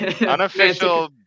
Unofficial